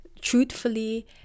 truthfully